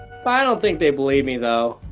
i don't think they believe me, though.